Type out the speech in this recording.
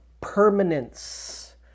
permanence